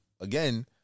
again